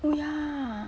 oh ya